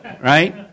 right